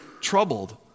troubled